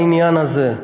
בעניין הזה.